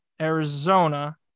Arizona